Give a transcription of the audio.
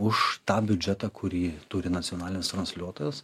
už tą biudžetą kurį turi nacionalinis transliuotojas